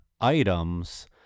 items